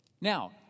Now